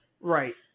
Right